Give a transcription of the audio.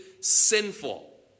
sinful